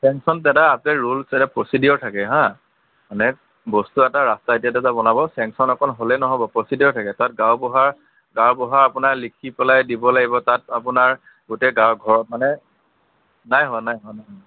sanction দাদা roll এটা procedure থাকে হা মানে বস্তু এটা ৰাস্তা এটা যেতিয়া বনাব চেংচন অকল হ'লেই নহ'ব প্ৰচিডিউৰ থাকে তাতে গাওঁবুঢ়া গাওঁবুঢ়াই আপোনাৰ লিখি পেলাই দিব লাগিব তাত আপোনাৰ গোটেই গাঁৱৰ ঘৰৰ মানে নাই হোৱা নাই হোৱা নাই হোৱা